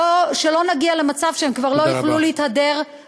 שלא נגיע למצב שהם כבר לא יוכלו להתהדר, תודה רבה.